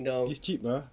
it's cheap ah